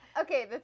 okay